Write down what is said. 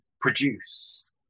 produce